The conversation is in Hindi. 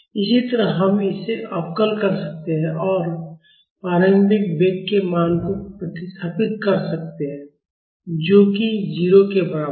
इसी तरह हम इसे अवकल कर सकते हैं और प्रारंभिक वेग के मान को प्रतिस्थापित कर सकते हैं जो कि 0 के बराबर है